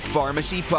Pharmacy